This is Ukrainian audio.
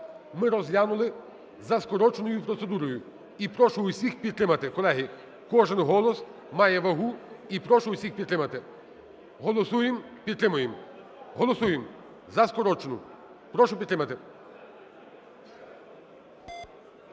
ми розглянули за скороченою процедурою. І прошу всіх підтримати, колеги. Кожен голос має вагу, і прошу всіх підтримати. Голосуємо, підтримуємо. Голосуємо за скорочену. Прошу підтримати.